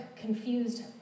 confused